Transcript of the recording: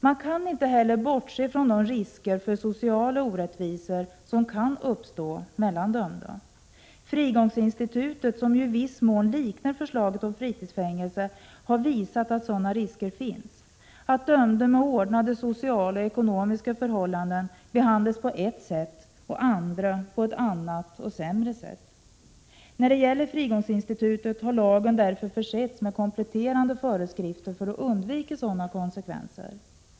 Man kan inte heller bortse från de risker för sociala orättvisor som kan uppstå mellan dömda. Frigångsinstitutet, som ju i viss mån liknar förslaget om fritidsfängelse, har visat att sådana risker finns: att dömda med ordnade sociala och ekonomiska förhållanden behandlas på ett sätt och andra på ett annat, sämre, sätt. När det gäller frigångsinstitutet har lagen därför försetts med kompletterande föreskrifter för att undvika sådana konsekvenser.